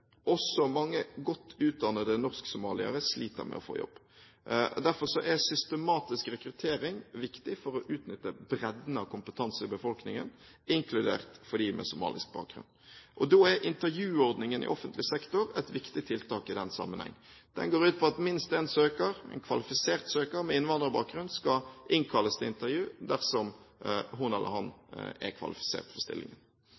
Også mange godt utdannede norsk-somaliere sliter med å få jobb. Derfor er systematisk rekruttering viktig for å utnytte bredden av kompetanse i befolkningen, inkludert dem med somalisk bakgrunn, og intervjuordningen i offentlig sektor er et viktig tiltak i den sammenheng. Den går ut på at minst én søker med innvandrerbakgrunn skal innkalles til intervju dersom hun eller han er kvalifisert for stillingen.